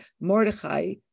Mordechai